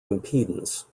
impedance